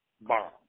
Bomb